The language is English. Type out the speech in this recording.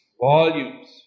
volumes